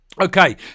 Okay